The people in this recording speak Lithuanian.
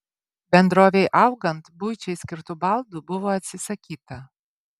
bendrovei augant buičiai skirtų baldų buvo atsisakyta